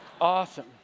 awesome